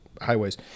highways